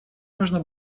можно